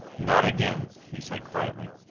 not again, he said quietly.